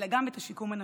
אלא גם את השיקום הנפשי.